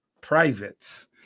privates